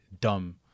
dumb